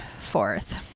fourth